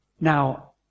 Now